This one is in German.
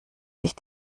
sich